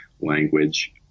language